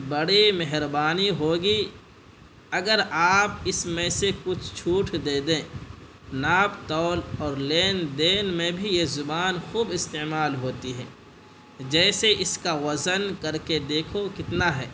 بڑی مہربانی ہوگی اگر آپ اس میں سے کچھ چھوٹ دے دیں ناپ تول اور لین دین میں بھی یہ زبان خوب استعمال ہوتی ہے جیسے اس کا وزن کر کے دیکھو کتنا ہے